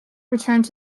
returned